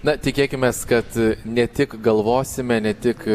na tikėkimės kad ne tik galvosime ne tik